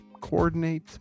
coordinate